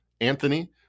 Anthony